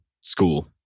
school